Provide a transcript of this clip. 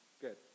Good